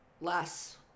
less